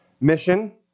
mission